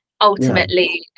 ultimately